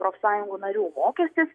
profsąjungų narių mokestis